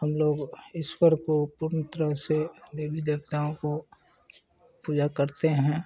हम लोग ईश्वर को तरह से देवी देवताओं को पूजा करते हैं